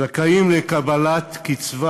אצל הזכאים לקבלת קצבה